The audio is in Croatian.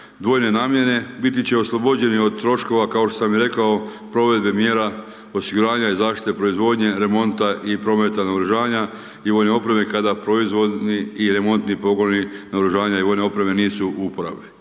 dvojne namjene biti će oslobođeni od troškova, kao što sam i rekao, provedbi mjera, osiguranja i zaštite proizvodnje, remonta i prometa naoružanja i vojne opreme, kada proizvodni i remonti pogoni naoružanja nisu u upravi.